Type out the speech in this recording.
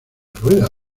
rueda